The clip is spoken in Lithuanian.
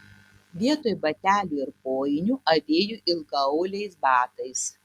vietoj batelių ir kojinių avėjo ilgaauliais batais